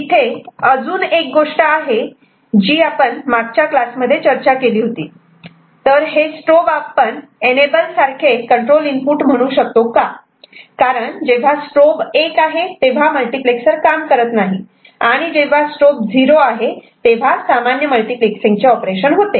इथे अजून एक गोष्ट आहे जी आपण मागच्या क्लासमध्ये चर्चा केली होती तर हे स्ट्रोब आपण एनेबल सारखे कंट्रोल इनपुट म्हणू शकतो का कारण जेव्हा स्ट्रोब 1 आहे तेव्हा मल्टिप्लेक्सर काम करत नाही आणि जेव्हा स्ट्रोब 0 आहे तेव्हा सामान्य मल्टिप्लेक्स सिंगचे ऑपरेशन होते